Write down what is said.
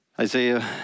Isaiah